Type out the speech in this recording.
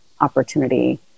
opportunity